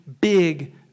big